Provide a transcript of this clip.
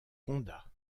condat